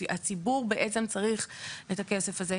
הציבור בעצם צריך את הכסף הזה.